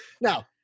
Now